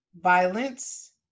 violence